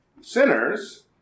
sinners